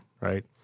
right